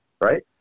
Right